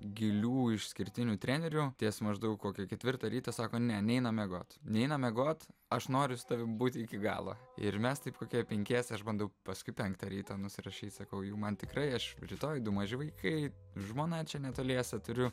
gilių išskirtinių trenerių ties maždaug kokią ketvirtą ryto sako ne neinam miegot neinam miegot aš noriu su tavimi būti iki galo ir mes taip kokie penkiese aš bandau paskui penktą ryto nusirašyt sakau man tikrai aš rytoj du maži vaikai žmona čia netoliese turiu